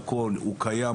קיים,